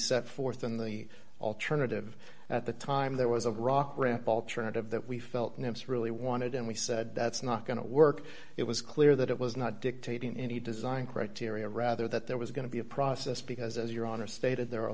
set forth in the alternative at the time there was a rock rap alternative that we felt it's really wanted and we said that's not going to work it was clear that it was not dictating any design criteria rather that there was going to be a process because as your honor stated there are a